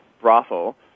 brothel